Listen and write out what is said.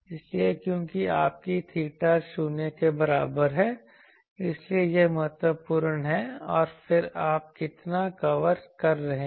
इसलिए क्योंकि आपकी थीटा शून्य के बराबर है इसलिए यह महत्वपूर्ण है और फिर आप कितना कवर कर रहे हैं